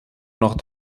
noch